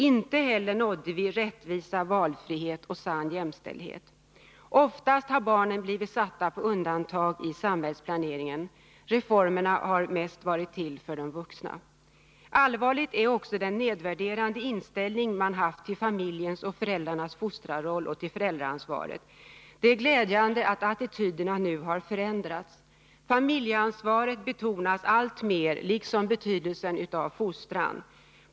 Inte heller nådde vi rättvisa, valfrihet och sann jämställdhet. Oftast har barnen blivit satta på undantag i samhällsplaneringen. Reformerna har mest varit till för de vuxna. Allvarligt är också den nedvärderande inställning man haft till familjens och föräldrarnas fostrarroll och till föräldraansvaret. Det är glädjande att attityderna nu har förändrats. Föräldraansvaret betonas alltmer, liksom betydelsen av fostran.